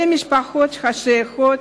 אלה משפחות השייכות